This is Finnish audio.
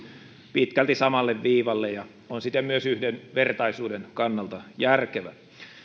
pitkälti samalle viivalle ja on siten myös yhdenvertaisuuden kannalta järkevä